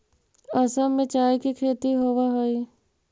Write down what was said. असम में चाय के खेती होवऽ हइ